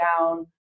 down